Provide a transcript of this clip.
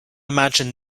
imagine